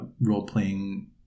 role-playing